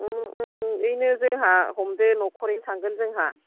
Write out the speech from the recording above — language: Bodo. उम उम ओइनो जोंहा हमदो नखरैनो थांगोन जोंहा